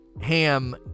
ham